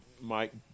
Mike